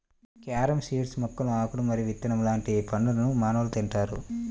carom seeds మొక్కల ఆకులు మరియు విత్తనం లాంటి పండ్లను మానవులు తింటారు